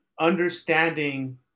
understanding